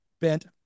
bent